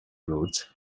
roads